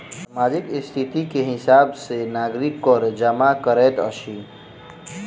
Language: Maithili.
सामाजिक स्थिति के हिसाब सॅ नागरिक कर जमा करैत अछि